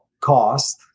cost